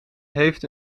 heeft